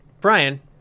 Brian